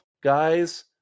guys